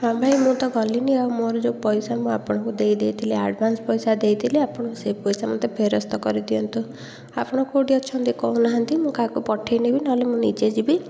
ହଁ ଭାଇ ମୁଁ ତ ଗଲିନି ଆଉ ମୋର ଯେଉଁ ପଇସା ମୁଁ ଆପଣଙ୍କୁ ଦେଇ ଦେଇଥିଲି ଆଡ଼ଭାନ୍ସ ପଇସା ଦେଇଥିଲି ଆପଣ ସେ ପଇସା ମୋତେ ଫେରସ୍ତ କରିଦିଅନ୍ତୁ ଆପଣ କେଉଁଠି ଅଛନ୍ତି କହୁନାହାଁନ୍ତି ମୁଁ କାହାକୁ ପଠେଇନେବି ନହେଲେ ମୁଁ ନିଜେ ଯିବି